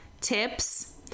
tips